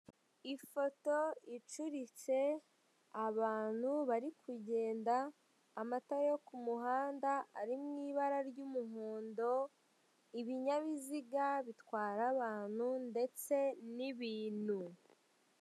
Ifoto icuritse, abantu bari kugenda, amatara yo ku muhanda ari mu ibara ry'umuhondo, ibinyabiziga bitwara abantu ndetse n'ibintu.